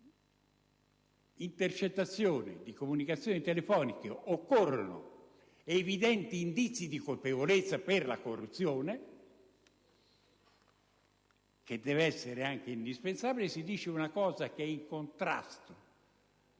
un'intercettazione di comunicazioni telefoniche occorrono evidenti indizi di colpevolezza per la corruzione - che deve essere anche indispensabile - si dice una cosa in contrasto